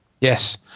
Yes